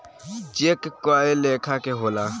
check कए लेखा के होला